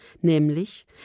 Nämlich